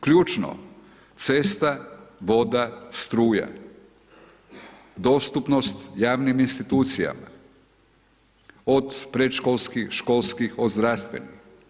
Ključno cesta, voda struja, dostupnost javnim institucijama od predškolskih, školskih, od zdravstvenih.